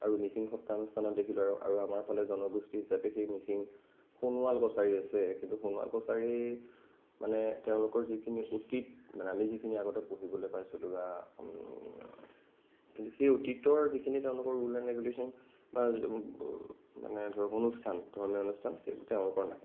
আৰু মিচিং সত্ৰানুষ্ঠানত দেখিলো আৰু আৰু আমাৰ ফালে জনগোষ্ঠী হিচাপে সেই মিচিং সোণোৱাল কছাৰী আছে কিন্তু সোণোৱাল কছাৰী মানে তেওঁলোকৰ যিখিনি অতীত মানে আমি আগতে যিখিনি পঢ়িবলৈ পাইছিলোঁ বা কিন্তু সেই অতীতৰ যিখিনি তেওঁলোকৰ ৰুল এণ্ড ৰেগুলেশ্যন বা মানে অনুষ্ঠান ধৰ্মীয় অনুষ্ঠান সেই তেওঁলোকৰ নাই